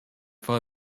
for